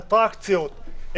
אטרקציות,